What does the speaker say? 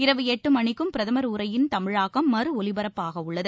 இரவு எட்டு மணிக்கும் பிரதமர் உரையின் தமிழாக்கம் மறு ஒலிபரப்பாகவுள்ளது